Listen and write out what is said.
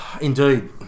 Indeed